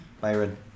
byron